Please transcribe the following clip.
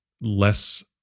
less